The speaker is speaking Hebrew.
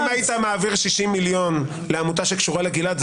אם היית מעביר 60 מיליון לעמותה שקשורה לגלעד,